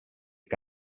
que